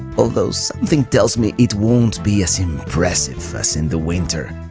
although something tells me it won't be as impressive as in the winter.